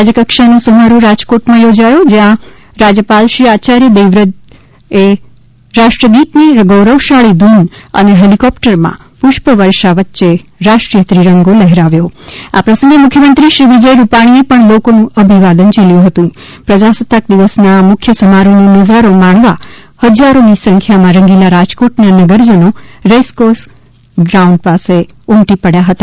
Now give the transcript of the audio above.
રાજ્યકક્ષાનો સમારોહ રાજકોટમાં યોજાયો જ્યાં રાજયપાલશ્રી આયાર્ય દેવવ્રતે રાષ્ટ્રગીતની ગૌરવશાળી ધૂન અને હેલિકોપ્ટરમાં પુષ્પવર્ષા વચ્ચે રાષ્ટ્રીય તિરંગો લહેરાવ્યો આ પ્રસંગે મુખ્યમંત્રીશ્રી વિજય રૂપાણીએ પણ લોકોનું અભિવાદન ઝીલ્યું હતું પ્રજાસત્તાક દિવસના આ મુખ્ય સમારોહનો નઝારો માણવા હજારોની સંખ્યામાં રંગીલા રાજકોટના નગરજનો રેસકોર્સ ગ્રાઉન્ડ ખાતે ઉમટી પડયા હતા